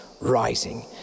rising